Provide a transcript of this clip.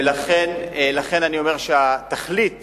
ולכן אני אומר שתכלית